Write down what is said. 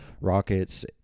Rockets